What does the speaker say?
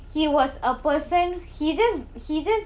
he was a person he just he just